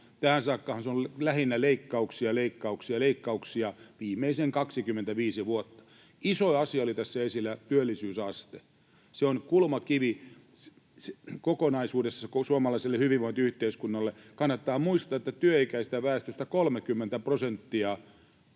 Tähän saakkahan on ollut lähinnä leikkauksia, leikkauksia ja leikkauksia viimeiset 25 vuotta. Isoin asia oli tässä esillä, työllisyysaste. Se on kokonaisuudessaan kulmakivi suomalaiselle hyvinvointiyhteiskunnalle. Kannattaa muistaa, että työikäisestä väestöstä 30 prosenttia